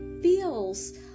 feels